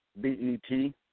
B-E-T